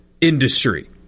industry